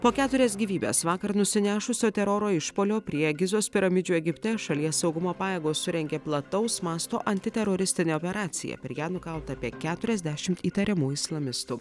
po keturias gyvybes vakar nusinešusio teroro išpuolio prie gizos piramidžių egipte šalies saugumo pajėgos surengė plataus masto antiteroristinę operaciją per ją nukauta apie keturiasdešimt įtariamų islamistų